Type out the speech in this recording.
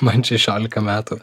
man šešiolika metų